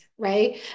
Right